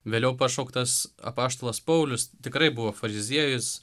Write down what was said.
vėliau pašauktas apaštalas paulius tikrai buvo fariziejus